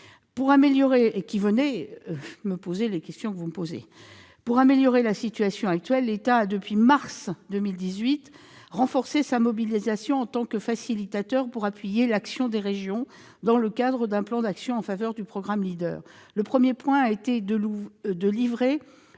Pour améliorer la situation actuelle, l'État a depuis mars 2018 renforcé sa mobilisation en tant que facilitateur pour appuyer l'action des régions, dans le cadre d'un plan d'action en faveur du programme Leader. Le premier point a été de livrer